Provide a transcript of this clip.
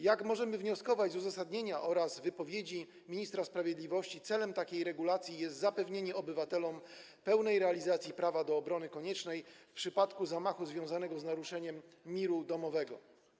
Jak możemy wnioskować z uzasadnienia oraz wypowiedzi ministra sprawiedliwości, celem takiej regulacji jest zapewnienie obywatelom pełnej realizacji prawa do obrony koniecznej w przypadku zamachu związanego z naruszeniem miru domowego.